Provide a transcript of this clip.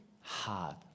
hard